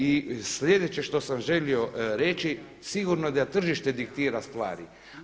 I sljedeće što sam želio reći sigurno da tržište diktira stvari.